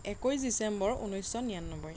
একৈছ ডিচেম্বৰ ঊনছশ নিৰান্নবৈ